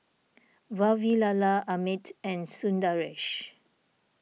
Vavilala Amit and Sundaresh